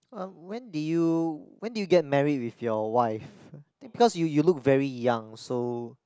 um when did you when did you get married with your wife because you you look very young so